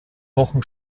wochen